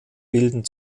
bilden